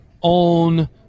on